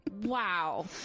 wow